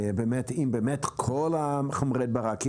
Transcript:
אם באמת כל חומרי ההדברה.